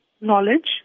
knowledge